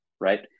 right